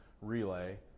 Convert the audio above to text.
relay